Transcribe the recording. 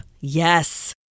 Yes